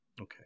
Okay